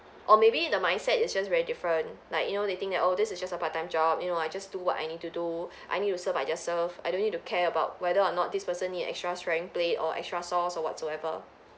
or maybe the mindset is just very different like you know they think that oh this is just a part-time job you know I just do what I need to do I need to serve I just serve I don't need to care about whether or not this person need extra sharing plate or extra sauce or whatsoever